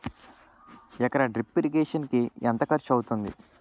ఎకర drip irrigation కి ఎంత ఖర్చు అవుతుంది?